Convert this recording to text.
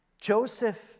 Joseph